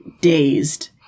dazed